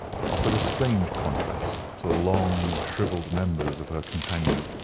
offered a strange contrast to the long shrivelled members of her companion.